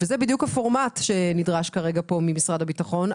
וזה בדיוק הפורמט שנדרש כרגע פה ממשרד הביטחון.